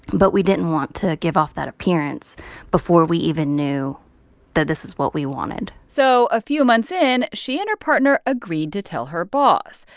but we didn't want to give off that appearance before we even knew that this is what we wanted so a few months in, she and her partner agreed to tell her boss,